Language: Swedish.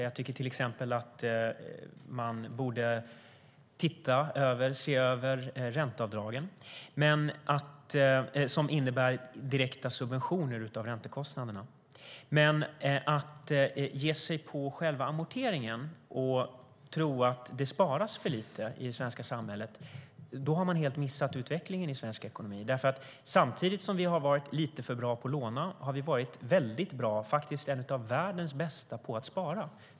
Jag tycker till exempel att man borde se över ränteavdragen, som innebär direkta subventioner av räntekostnaderna. Men om man ger sig på själva amorteringen och tror att det sparas för lite i det svenska samhället har man helt missat utvecklingen i svensk ekonomi. Samtidigt som vi har varit lite för bra på att låna har vi varit väldigt bra, faktiskt ett av världens bästa länder, på att spara.